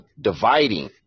Dividing